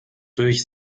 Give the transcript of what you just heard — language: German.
durch